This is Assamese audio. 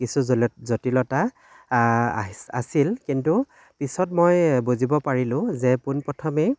কিছু জলত জটিলতা আছিল কিন্তু পিছত মই বুজিব পাৰিলোঁ যে পোন প্ৰথমেই